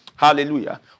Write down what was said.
hallelujah